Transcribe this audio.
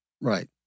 Right